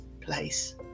place